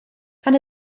pan